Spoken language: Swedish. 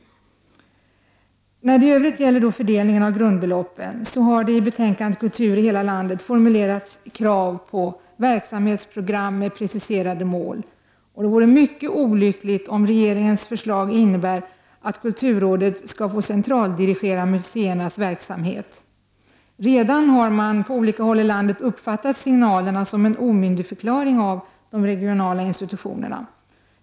När det i övrigt gäller fördelningen av grundbeloppen har det i betänkandet Kultur i hela landet formulerats krav på verksamhetsprogram med preciserade mål. Det vore mycket olyckligt om regeringens förslag skulle innebära att kulturrådet skall få centraldirigera museernas verksamhet. Redan har man på olika håll i landet uppfattat signalerna som en omyndigförklaring av de regionala institutionerna.